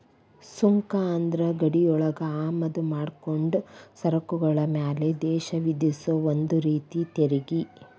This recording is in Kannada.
ಸುಂಕ ಅಂದ್ರ ಗಡಿಯೊಳಗ ಆಮದ ಮಾಡ್ಕೊಂಡ ಸರಕುಗಳ ಮ್ಯಾಲೆ ದೇಶ ವಿಧಿಸೊ ಒಂದ ರೇತಿ ತೆರಿಗಿ